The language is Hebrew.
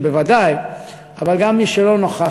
אני מוכרח